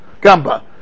Gamba